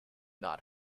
not